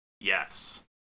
Yes